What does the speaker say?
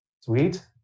sweet